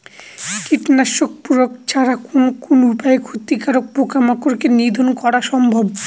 কীটনাশক প্রয়োগ ছাড়া কোন কোন উপায়ে ক্ষতিকর পোকামাকড় কে নিধন করা সম্ভব?